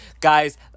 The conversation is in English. guys